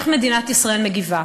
איך מדינת ישראל מגיבה.